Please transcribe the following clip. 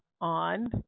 on